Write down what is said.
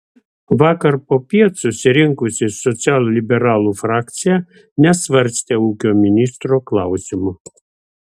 vakar popiet susirinkusi socialliberalų frakcija nesvarstė ūkio ministro klausimo